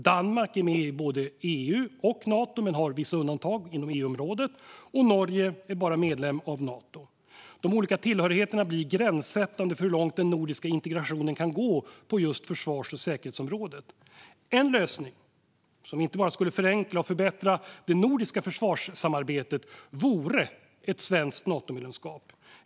Danmark är med i både EU och Nato, men har vissa undantag inom EU-området. Norge är bara medlem i Nato. De olika tillhörigheterna blir gränssättande för hur långt den nordiska integrationen kan gå på försvars och säkerhetsområdet. En lösning som skulle förenkla och förbättra det nordiska försvarssamarbetet vore ett svenskt Natomedlemskap.